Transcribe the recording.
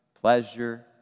pleasure